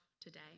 today